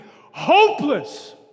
hopeless